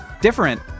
different